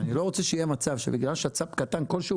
אני לא רוצה שיהיה מצב שבגלל שצ"פ כלשהו,